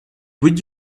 would